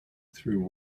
through